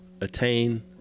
attain